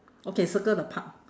okay circle the park